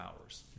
hours